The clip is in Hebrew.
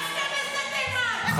--- לשדה תימן רצתם --- הפוך.